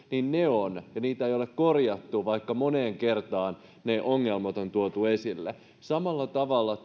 ja niitä ei ole korjattu vaikka moneen kertaan ne ongelmat on tuotu esille samalla tavalla